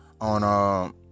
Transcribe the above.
on